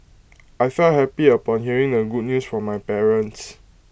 I felt happy upon hearing the good news from my parents